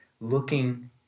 looking